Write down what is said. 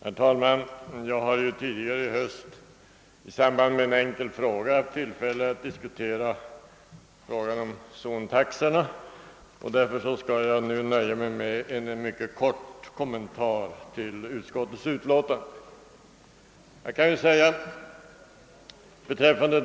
Herr talman! Jag har tidigare i höst i samband med en enkel fråga haft tillfälle att diskutera problemet om zontaxorna, och därför skall jag nu nöja mig med en mycket kort kommentar till utskottets utlåtande.